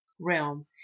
realm